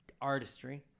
artistry